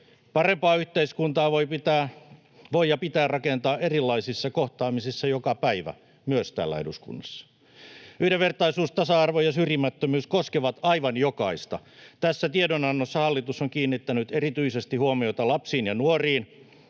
Parempaa yhteiskuntaa voi ja pitää rakentaa erilaisissa kohtaamisissa joka päivä — myös täällä eduskunnassa. Yhdenvertaisuus, tasa-arvo ja syrjimättömyys koskevat aivan jokaista. Tässä tiedonannossa hallitus on kiinnittänyt erityisesti huomiota lapsiin ja nuoriin,